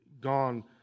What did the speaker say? gone